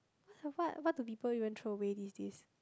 but the what what do people even throw away these days